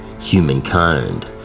humankind